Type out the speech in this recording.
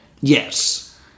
Yes